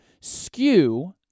skew